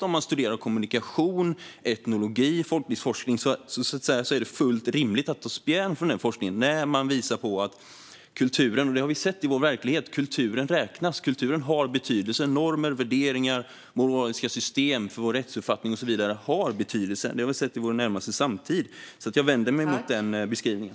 Om man studerar kommunikation och etnologi och ägnar sig åt folklivsforskning är det fullt rimligt att ta spjärn därifrån när man visar på att kulturen räknas och har betydelse. Det har vi sett i vår verklighet. Normer, värderingar, moraliska system för vår rättsuppfattning och så vidare har betydelse. Det har vi sett i vår närmaste samtid, så jag vänder mig mot den här beskrivningen.